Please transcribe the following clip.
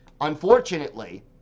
Unfortunately